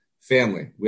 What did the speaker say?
family